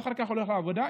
ואחר כך הולך לעבודה,